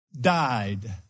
Died